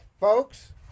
Folks